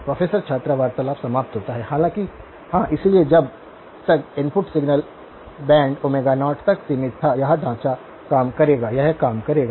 professor छात्र वार्तालाप समाप्त होता है हालांकि हाँ इसलिए जब तक इनपुट सिग्नल बैंड 0 तक सीमित था यह ढांचा काम करेगा यह काम करेगा